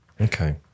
Okay